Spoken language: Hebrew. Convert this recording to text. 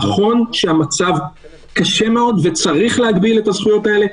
נכון שהמצב קשה מאוד וצריך להגביל את הזכויות האלה.